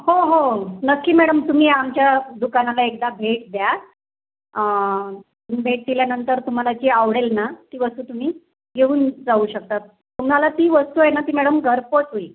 हो हो नक्की मॅडम तुम्ही आमच्या दुकानाला एकदा भेट द्या भेट दिल्यानंतर तुम्हाला जे आवडेल ना ती वस्तू तुम्ही घेऊन जाऊ शकता तुम्हाला ती वस्तू आहे ना ती मॅडम घरपोच होईल